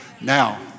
Now